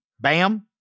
Bam